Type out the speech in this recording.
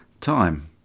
time